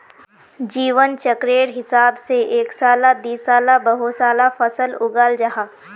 जीवन चक्रेर हिसाब से एक साला दिसाला बहु साला फसल उगाल जाहा